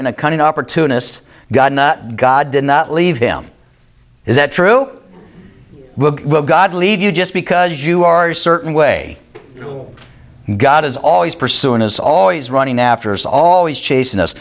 and a cunning opportunists god not god did not leave him is that true god lead you just because you are a certain way oh god is always pursuing his always running after is always chasing us